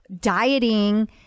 dieting